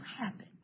happen